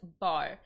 bar